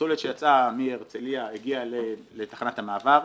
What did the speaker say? שהפסולת שיצאה מהרצליה הגיעה לתחנת המעבר.